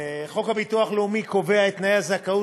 חוק הביטוח הלאומי קובע את תנאי הזכאות